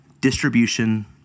distribution